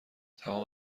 تمام